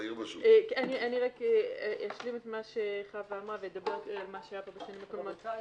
רק אשלים את מה שחוה אמרה ואדבר על מה שהיה בשנים הקודמות.